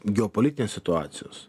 geopolitinės situacijos